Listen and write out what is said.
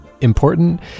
important